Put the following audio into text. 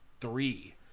three